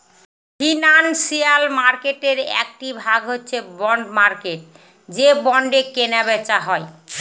financial মার্কেটের একটি ভাগ হচ্ছে বন্ড মার্কেট যে বন্ডে কেনা বেচা হয়